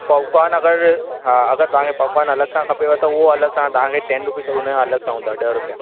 popcorn अगरि हा अगरि तव्हां खे पॉपकॉर्न अलॻि सां खपे व त उहो अलॻि सां तव्हां खे टेन रुपीस अलॻि सां हूंदो आहे ॾह रुपया